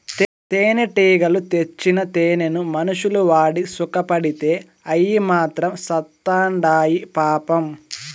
తేనెటీగలు తెచ్చిన తేనెను మనుషులు వాడి సుకపడితే అయ్యి మాత్రం సత్చాండాయి పాపం